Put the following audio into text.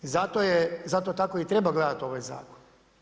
I zato tako i treba gledati ovaj zakon.